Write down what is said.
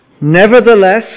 Nevertheless